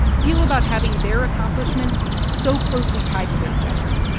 feel about having their accomplishments so closely tied to their gender?